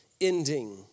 ending